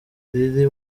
riri